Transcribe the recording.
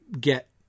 get